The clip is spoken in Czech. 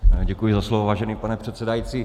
Děkuji za slovo, vážený pane předsedající.